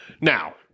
Now